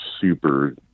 super